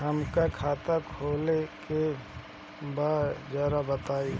हमका खाता खोले के बा जरा बताई?